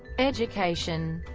education